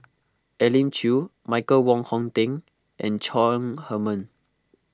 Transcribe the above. Elim Chew Michael Wong Hong Teng and Chong Heman